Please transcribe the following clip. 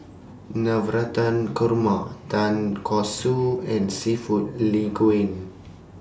Navratan Koruma Tonkatsu and Seafood Linguine